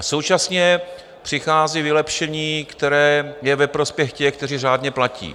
Současně přichází vylepšení, které je ve prospěch těch, kteří řádně platí.